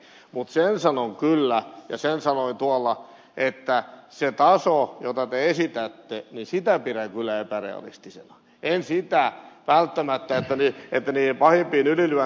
mutta sen sanon kyllä ja sen sanoin tuolla että sitä tasoa jota te esitätte sitä pidän kyllä epärealistisena en sitä välttämättä että niihin pahimpiin ylilyönteihin puututtaisiin